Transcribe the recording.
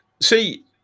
See